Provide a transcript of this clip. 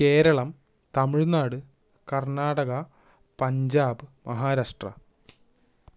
Keralam Tamil Nadu Karnataka Punjab Maharashtra